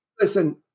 Listen